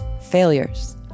failures